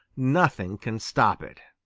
nothing can stop it.